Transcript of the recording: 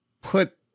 put